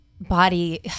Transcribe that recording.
body